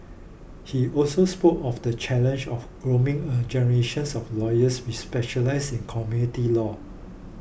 he also spoke of the challenge of grooming a generations of lawyers who specialise in community law